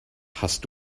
hast